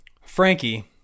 Frankie